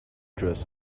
dress